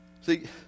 See